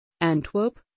antwerp